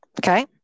Okay